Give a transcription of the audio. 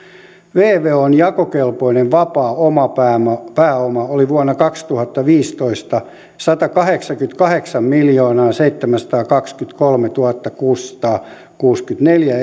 vvon jakokelpoinen vapaa oma pääoma pääoma vuonna kaksituhattaviisitoista oli satakahdeksankymmentäkahdeksanmiljoonaaseitsemänsataakaksikymmentäkolmetuhattakuusisataakuusikymmentäneljä